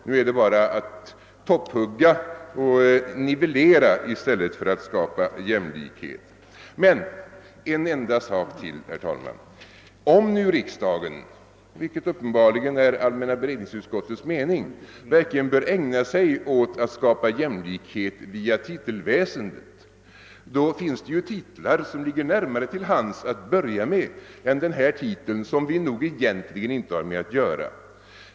Nu topphugger och nivellerar man i stället för att skapa jämlikhet. Om nu riksdagen, vilket uppenbarligen är allmänna beredningsutkottets mening, verkligen bör ägna sig åt att skapa jämlikhet via titelväsendet, så finns det ju titlar som det ligger närmare till hands att börja med än denna titel, som vi egentligen inte har med att göra.